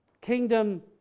kingdom